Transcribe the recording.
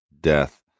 death